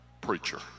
preacher